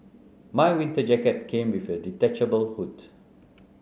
my winter jacket came with a detachable hood